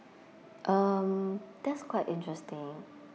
um that's quite interesting